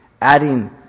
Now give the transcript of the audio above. adding